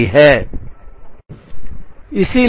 सही है